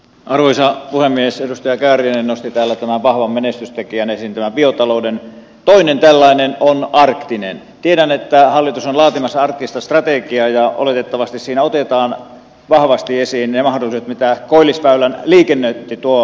arvoisa puhemies edustaja kääriäinen nosti tällä haavaa homenestystekijän esiin biotalouden toinen tällainen on arktinen tiedän että hallitus on laatimassa arktista strategiaa ja oletettavasti siinä otetaan vahvasti esiin ja vahvempi mitä koillisväylän liikenne tuo